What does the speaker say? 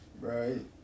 Right